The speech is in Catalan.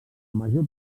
major